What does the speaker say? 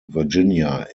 virginia